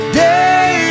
day